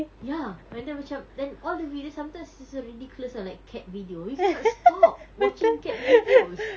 ya and then macam then all the video sometimes is err ridiculous err like cat videos you cannot stop watching cat videos